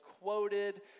quoted